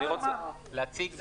להציג בעל-פה.